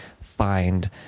find